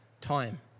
time